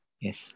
yes